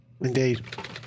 Indeed